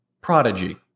prodigy